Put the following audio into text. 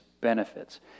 benefits